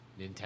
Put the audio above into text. Nintendo